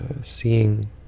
seeing